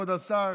כבוד השר,